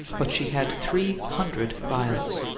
but she had three hundred violets.